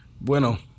bueno